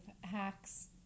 hacks